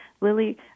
lily